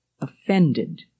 offended